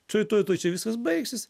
tuoj tuoj tuoj čia viskas baigsis